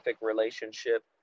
Relationship